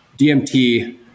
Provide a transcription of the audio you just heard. DMT